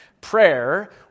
prayer